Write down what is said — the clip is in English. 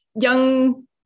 young